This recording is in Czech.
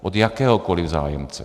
Od jakéhokoli zájemce.